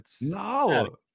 No